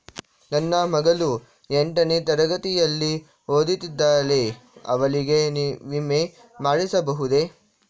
ನನ್ನ ಮಗಳು ಎಂಟನೇ ತರಗತಿಯಲ್ಲಿ ಓದುತ್ತಿದ್ದಾಳೆ ಅವಳಿಗೆ ವಿಮೆ ಮಾಡಿಸಬಹುದೇ?